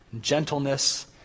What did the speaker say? Gentleness